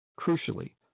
Crucially